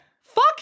fuck